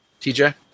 TJ